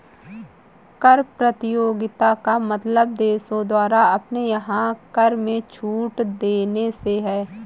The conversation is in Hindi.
कर प्रतियोगिता का मतलब देशों द्वारा अपने यहाँ कर में छूट देने से है